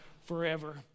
forever